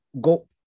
go